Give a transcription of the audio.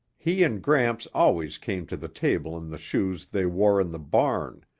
he and gramps always came to the table in the shoes they wore in the barn,